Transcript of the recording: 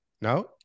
No